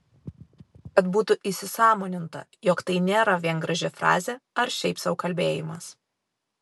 kad būtų įsisąmoninta jog tai nėra vien graži frazė ar šiaip sau kalbėjimas